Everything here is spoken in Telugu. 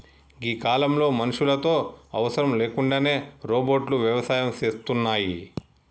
గీ కాలంలో మనుషులతో అవసరం లేకుండానే రోబోట్లు వ్యవసాయం సేస్తున్నాయి